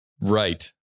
Right